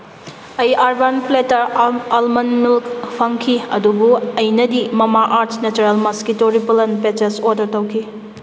ꯑꯩ urban platter almond milk ꯐꯪꯈꯤ ꯑꯗꯨꯕꯨ ꯑꯩꯅꯗꯤ Mamaearth's natural mosquito repellent patches order ꯇꯧꯈꯤ